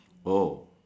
oh